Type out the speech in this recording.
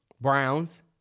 Browns